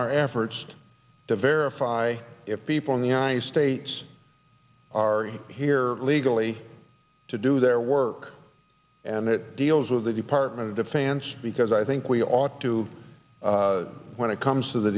our efforts to verify if people in the eyes states are here legally to do their work and it deals with the department of defense because i think we ought to when it comes to the